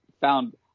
found